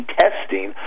testing